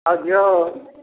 ଆଉ ଝିଅ